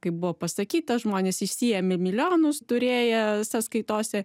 kaip buvo pasakyta žmonės išsiėmė milijonus turėję sąskaitose